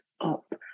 up